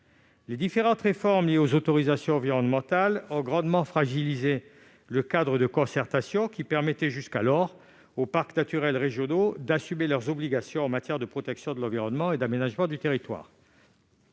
Les différentes réformes liées aux autorisations environnementales ont grandement fragilisé le cadre de concertation qui permettait jusqu'alors aux parcs naturels régionaux d'assumer leurs obligations en matière de protection de l'environnement et d'aménagement du territoire.